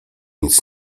nic